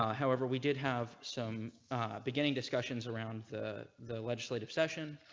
ah however, we did have some beginning discussions around the the legislative session.